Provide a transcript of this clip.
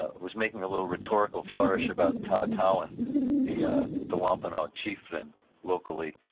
ah was making a little rhetorical flourish about ah but and the the wampanoag chieftain locally.